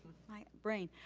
my brain,